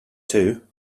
two